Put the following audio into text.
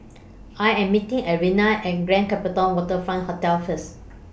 I Am meeting Arnetta At Grand Copthorne Waterfront Hotel First